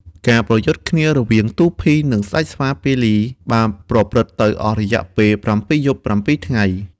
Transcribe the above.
ការប្រយុទ្ធគ្នារវាងទូភី និងស្ដេចស្វា ពាលី បានប្រព្រឹត្តទៅអស់រយៈពេល៧យប់៧ថ្ងៃ។